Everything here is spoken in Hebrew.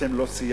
אתם לא סיימתם